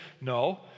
No